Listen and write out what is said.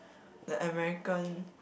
the American